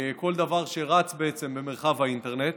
בעצם כל דבר שרץ במרחב האינטרנט,